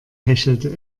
hechelte